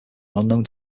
unknown